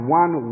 one